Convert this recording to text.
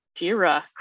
Jira